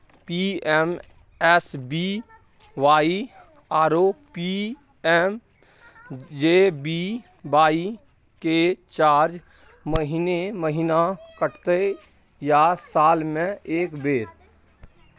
PMSBY आरो PMJBY के charge महीने महीना कटते या साल म एक बेर?